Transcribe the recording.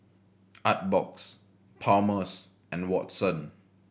Artbox Palmer's and Watson